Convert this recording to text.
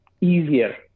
easier